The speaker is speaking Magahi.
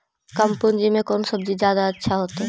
कम पूंजी में कौन सब्ज़ी जादा अच्छा होतई?